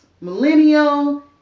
millennial